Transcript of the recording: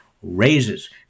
raises